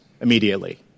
immediately